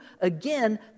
again